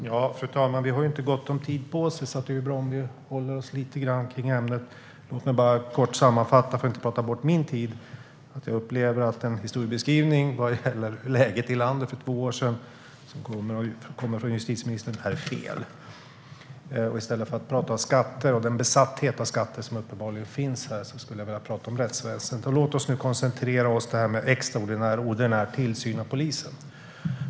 Fru talman! Vi har inte så gott om tid på oss, så det är bra om vi håller oss lite grann till ämnet. Låt mig bara kort sammanfatta, för att inte prata bort min tid: Jag upplever att den historiebeskrivning vad gäller läget i landet för två år sedan som kommer från justitieministern är fel. I stället för att tala om skatter och den besatthet av skatter som uppenbarligen finns här skulle jag vilja tala om rättsväsendet. Låt oss koncentrera oss på frågan om extraordinär och ordinär tillsyn av polisen.